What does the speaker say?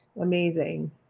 Amazing